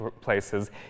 places